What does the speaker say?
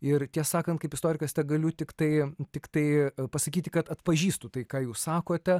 ir tiesą sakant kaip istorikas tegaliu tiktai tiktai pasakyti kad atpažįstu tai ką jūs sakote